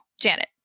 janet